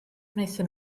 wnaethon